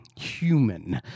human